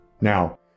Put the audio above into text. Now